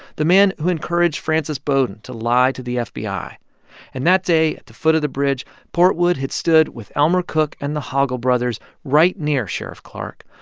the man who encouraged frances bowden to lie to the fbi and that day, at the foot of the bridge, portwood had stood with elmer cook and the hoggle brothers right near sheriff clark,